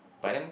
by then